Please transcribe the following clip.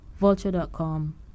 Vulture.com